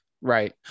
Right